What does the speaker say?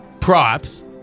props